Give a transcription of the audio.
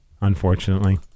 Unfortunately